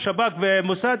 שב"כ ומוסד,